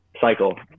cycle